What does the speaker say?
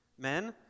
Men